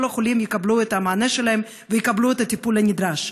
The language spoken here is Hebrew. החולים יקבלו את המענה שלהם ויקבלו את הטיפול הנדרש.